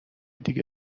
دیگه